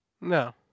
No